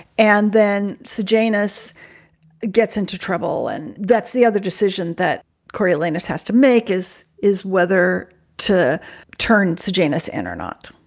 and then so janus gets into trouble. and that's the other decision that coriolanus has to make is is whether to turn to janus and or not,